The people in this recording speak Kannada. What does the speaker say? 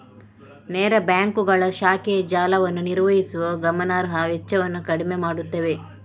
ನೇರ ಬ್ಯಾಂಕುಗಳು ಶಾಖೆಯ ಜಾಲವನ್ನು ನಿರ್ವಹಿಸುವ ಗಮನಾರ್ಹ ವೆಚ್ಚವನ್ನು ಕಡಿಮೆ ಮಾಡುತ್ತವೆ